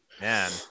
man